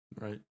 Right